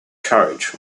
carriage